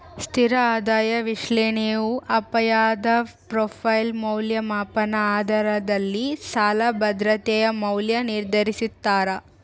ಸ್ಥಿರ ಆದಾಯ ವಿಶ್ಲೇಷಣೆಯು ಅಪಾಯದ ಪ್ರೊಫೈಲ್ ಮೌಲ್ಯಮಾಪನ ಆಧಾರದಲ್ಲಿ ಸಾಲ ಭದ್ರತೆಯ ಮೌಲ್ಯ ನಿರ್ಧರಿಸ್ತಾರ